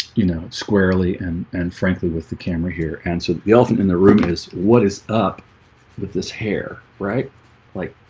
you know squarely and and frankly with the camera here and so the elephant in the room is what is up with this hair right like